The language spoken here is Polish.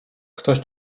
ktoś